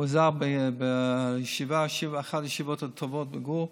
הוא עזר בישיבה, אחת הישיבות הטובות בגור,